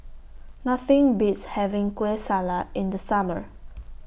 Nothing Beats having Kueh Salat in The Summer